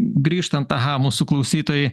grįžtant aha mūsų klausytojai